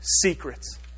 secrets